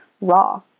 raw